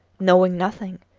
knowing nothing,